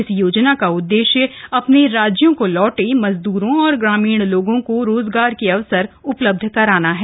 इस योजना का उददेश्य अपने राज्यों को लौटे मजदूरों और ग्रामीण लोगों को रोजगार के अवसर उपलब्ध कराना है